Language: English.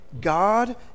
God